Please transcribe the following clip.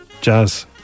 jazz